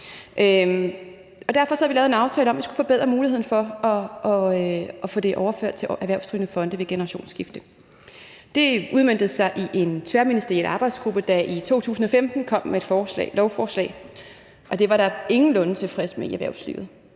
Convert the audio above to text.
Derfor havde vi lavet en aftale om, at vi skulle forbedre muligheden for at få virksomheder overført til erhvervsdrivende fonde ved generationsskifte. Det udmøntede sig i en tværministeriel arbejdsgruppe, der i 2015 kom med et lovforslag, og det var der ingenlunde tilfredshed med i erhvervslivet.